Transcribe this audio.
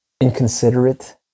inconsiderate